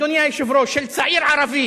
אדוני היושב-ראש, של צעיר ערבי